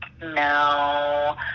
No